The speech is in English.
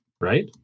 right